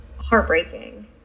heartbreaking